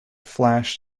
flashed